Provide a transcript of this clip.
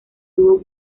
dúo